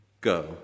Go